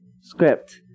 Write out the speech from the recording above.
script